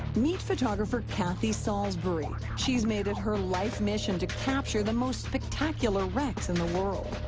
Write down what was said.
meet photographer cathy salisbury. she's made it her life mission to capture the most spectacular wrecks in the world